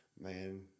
man